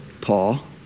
Paul